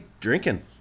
drinking